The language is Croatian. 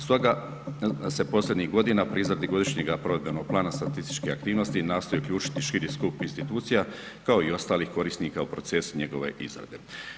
Stoga se posljednjih godina pri izradi Godišnjeg provedbenog plana statističke aktivnosti uključiti širi skup institucija kao i ostalih korisnika u procesu njegove izrade.